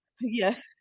Yes